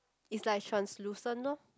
it's like translucent loh